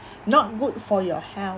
not good for your health